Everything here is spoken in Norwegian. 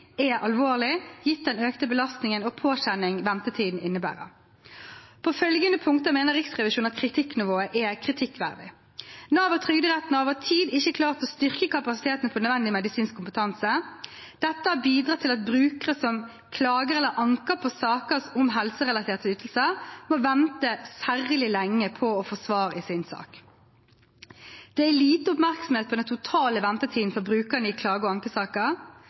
er alvorlig, gitt den økte belastningen og påkjenningen ventetiden innebærer. På følgende punkter mener Riksrevisjonen at kritikknivået er kritikkverdig: Nav og Trygderetten har over tid ikke klart å styrke kapasiteten på nødvendig medisinsk kompetanse. Dette har bidratt til at brukere som klager eller anker på saker om helserelaterte ytelser, må vente særlig lenge på å få svar i sin sak. Det er lite oppmerksomhet om den totale ventetiden for brukeren i klage- og ankesaker.